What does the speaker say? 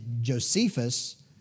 Josephus